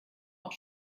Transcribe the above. auch